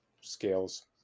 scales